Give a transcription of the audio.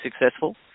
successful